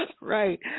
Right